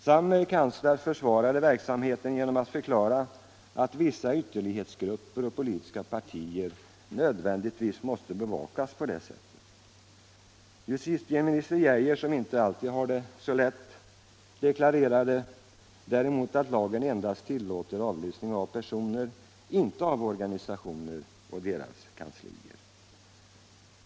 Samme kansler försvarade verksamheten genom att förklara att vissa ytterlighetsgrupper och politiska partier nödvändigtvis måste bevakas på det sättet. Justitieminister Geijer, som inte alltid har det så lätt, deklarerade däremot att lagen endast tillåter avlyssning av personer, inte av organisationer och deras kanslier.